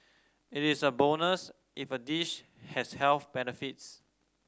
it is a bonus if a dish has health benefits